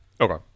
okay